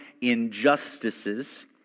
injustices